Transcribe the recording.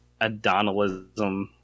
Adonalism